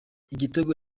igitego